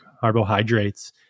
carbohydrates